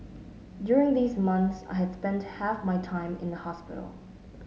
during these months I had spent half my time in a hospital